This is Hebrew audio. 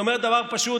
היא אומרת דבר פשוט.